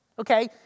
okay